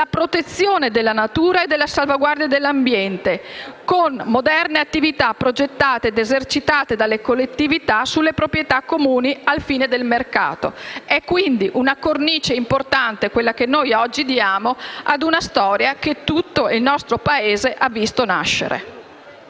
la protezione della natura e della salvaguardia dell'ambiente con moderne attività progettate ed esercitate dalle collettività sulle proprietà comuni ai fini del mercato. È quindi una cornice importante quella che noi oggi diamo a una storia che tutto il nostro Paese ha visto nascere.